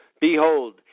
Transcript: Behold